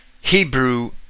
Hebrew